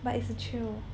but it's a thrill